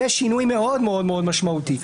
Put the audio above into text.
זה שינוי מאוד משמעותי.